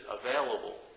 available